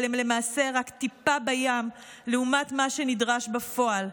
אבל הן למעשה רק טיפה בים לעומת מה שנדרש בפועל.